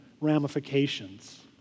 ramifications